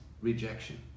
rejection